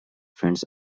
friends